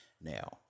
Now